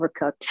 overcooked